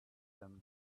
them